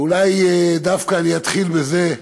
ואולי אני אתחיל דווקא בזה,